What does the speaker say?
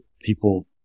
people